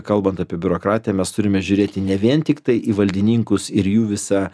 kalbant apie biurokratiją mes turime žiūrėti ne vien tiktai į valdininkus ir jų visą